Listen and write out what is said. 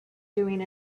doing